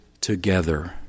together